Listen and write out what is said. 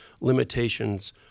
limitations